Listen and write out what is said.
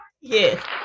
yes